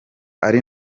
ari